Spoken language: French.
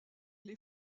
les